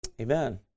Amen